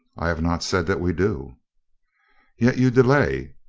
i have not said that we do. yet you delay?